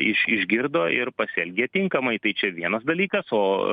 iš išgirdo ir pasielgė tinkamai tai čia vienas dalykas o